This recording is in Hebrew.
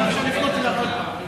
עכשיו אפשר לפנות אליו עוד הפעם.